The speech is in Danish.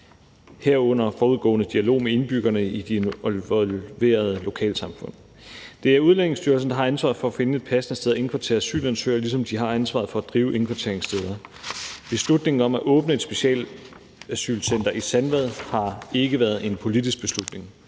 en forudgående dialog med indbyggerne i de involverede lokalsamfund. Det er Udlændingestyrelsen, der har ansvaret for at finde et passende sted at indkvartere asylansøgere, ligesom de har ansvaret for at drive indkvarteringssteder. Beslutningen om at åbne et specialasylcenter i Sandvad har ikke været en politisk beslutning.